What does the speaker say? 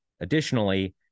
Additionally